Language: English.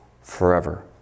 forever